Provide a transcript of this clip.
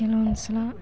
ಕೆಲವೊಂದ್ಸಲ